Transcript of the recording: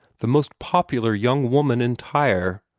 the most popular young woman in tyre.